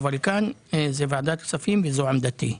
כאן זו ועדת כספים וזו עמדתי.